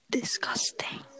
Disgusting